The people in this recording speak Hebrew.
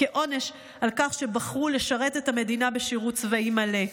כעונש על כך שבחרו לשרת את המדינה בשירות צבאי מלא.